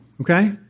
okay